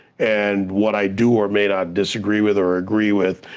and what i do or may not disagree with or agree with,